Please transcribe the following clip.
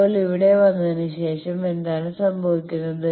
ഇപ്പോൾ ഇവിടെ വന്നതിന് ശേഷം എന്താണ് സംഭവിക്കുന്നത്